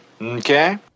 Okay